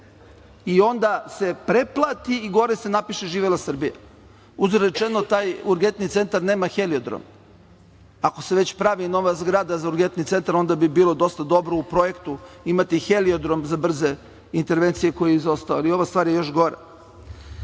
Onda se pretplati i gore se napiše „živela Srbije“. uzgred rečeno, taj urgentni centar nema heliodrom. Ako se već pravi nova zgrada za urgenti centar, onda bi bilo dosta dobro u projektu imati heliodrom za brze intervencije koji je izostao, ali ova stvar je još gora. Sada